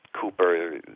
Cooper